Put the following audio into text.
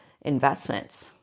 investments